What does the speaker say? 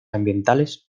ambientales